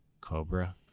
Cobra